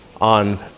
on